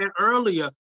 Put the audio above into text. earlier